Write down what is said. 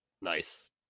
Nice